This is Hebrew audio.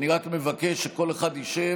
אני רק מבקש שכל אחד ישב.